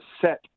set